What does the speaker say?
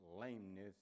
lameness